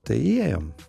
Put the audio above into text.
tai įėjom